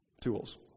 Tools